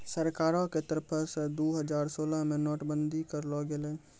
सरकारो के तरफो से दु हजार सोलह मे नोट बंदी करलो गेलै